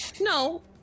No